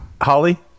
Holly